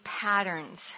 patterns